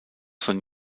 sein